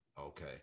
okay